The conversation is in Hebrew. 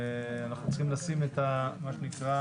ואנחנו צריכים לשים את מה שנקרא